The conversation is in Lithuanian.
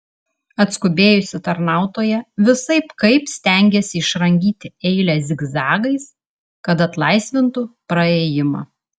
atskubėjusi tarnautoja visaip kaip stengėsi išrangyti eilę zigzagais kad atlaisvintų praėjimą